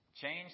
Change